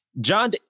John